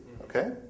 Okay